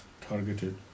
targeted